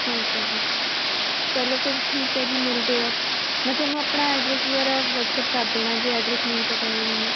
ਠੀਕ ਹੈ ਜੀ ਚਲੋ ਫਿਰ ਠੀਕ ਹੈ ਜੀ ਮਿਲਦੇ ਹਾਂ ਮੈਂ ਤੁਹਾਨੂੰ ਆਪਣਾ ਐਡਰੈਸ ਵਗੈਰਾ ਵੱਟਸਅੱਪ ਕਰ ਦੇਣਾ ਜੇ ਐਡਰੈਸ ਨਹੀਂ ਪਤਾ ਹੋਏ ਤੁਹਾਨੂੰ